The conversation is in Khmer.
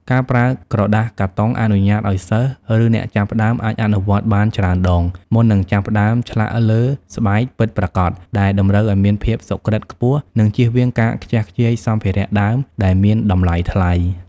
ការប្រើក្រដាសកាតុងអនុញ្ញាតឱ្យសិស្ស ឬអ្នកចាប់ផ្ដើមអាចអនុវត្តបានច្រើនដង មុននឹងចាប់ផ្ដើមឆ្លាក់លើស្បែកពិតប្រាកដដែលតម្រូវឱ្យមានភាពសុក្រិត្យខ្ពស់ និងជៀសវាងការខ្ជះខ្ជាយសម្ភារៈដើមដែលមានតម្លៃថ្លៃ។